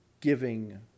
giving